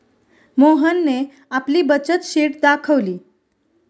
मोहनने आपली बचत शीट दाखवली